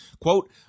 Quote